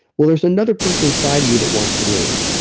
well, there's another person inside of you that wants to live.